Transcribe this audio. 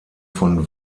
von